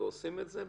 עושים את זה באמת?